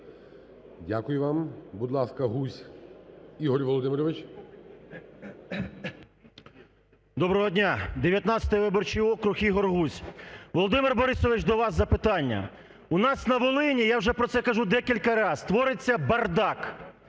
Дякую вам. Будь ласка, Гузь Ігор Володимирович. 10:34:49 ГУЗЬ І.В. Доброго дня! 19 виборчий округ Ігор Гузь. Володимир Борисович, до вас запитання, у нас на Волині, я вже про це кажу декілька раз, твориться бардак,